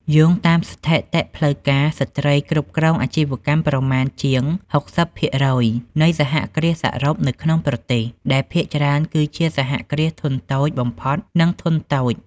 យោងតាមស្ថិតិផ្លូវការ ស្ត្រីគ្រប់គ្រងអាជីវកម្មប្រមាណជាង ៦០% នៃសហគ្រាសសរុបនៅក្នុងប្រទេស ដែលភាគច្រើនគឺជាសហគ្រាសធុនតូចបំផុត និងធុនតូច។